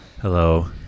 Hello